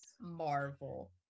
marvel